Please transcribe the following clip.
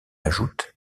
ajoute